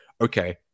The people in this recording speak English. okay